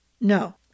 No